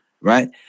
right